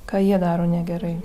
ką jie daro negerai